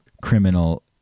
criminal